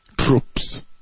Troops